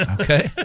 okay